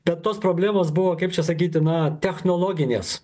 bet tos problemos buvo kaip čia sakyti na technologinės